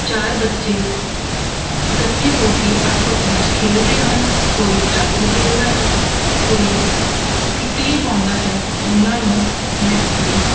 ਚਾਰ ਬੱਚੇ ਇਕੱਠੇ ਹੋ ਕੇ ਆਪਸ ਵਿੱਚ ਖੇਲਦੇ ਹਨ ਕੋਈ ਸਟਾਪੂ ਖੇਲ੍ਹਦਾ ਹੈ ਕੋਈ ਕਿੱਕਲੀ ਪਾਉਂਦਾ ਹੈ ਉਹਨਾਂ ਨੂੰ ਮੈਂ ਆਪਣੇ